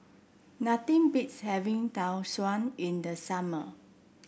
nothing beats having Tau Suan in the summer